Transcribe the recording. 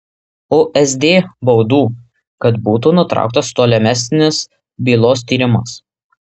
usd baudų kad būtų nutrauktas tolimesnis bylos tyrimas